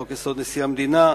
חוק-יסוד: נשיא המדינה,